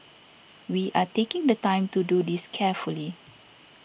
we are taking the time to do this carefully